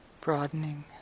broadening